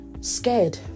scared